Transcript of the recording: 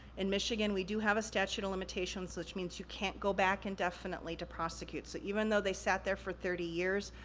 in michigan we do have a statute of limitations, which means you can't go back indefinitely to prosecute. so, even though they sat there for thirty years,